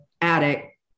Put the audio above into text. attic